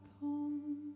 home